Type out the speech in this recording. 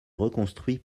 reconstruit